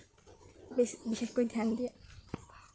বিশেষকৈ ধ্যান দিয়ে